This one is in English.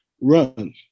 run